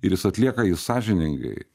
ir jis atlieka jį sąžiningai